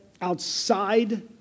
outside